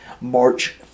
March